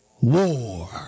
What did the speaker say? war